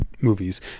movies